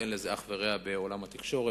אין לזה אח ורע בעולם התקשורת.